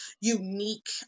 unique